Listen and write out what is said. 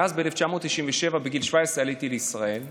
ואז ב-1997, בגיל 17 עליתי לישראל.